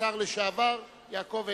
השר לשעבר, יעקב אדרי.